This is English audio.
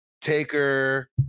taker